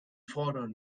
fordern